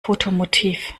fotomotiv